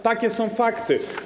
Takie są fakty.